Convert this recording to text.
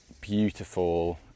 beautiful